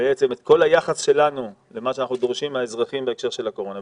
בעצם את כל היחס שלנו למה שאנחנו דורשים מן האזרחים בהקשר של הקורונה.